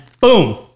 boom